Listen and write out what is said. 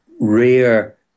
rare